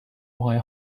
wire